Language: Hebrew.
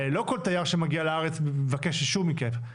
לא כל תייר שמגיע לארץ מבקש אישור מכם.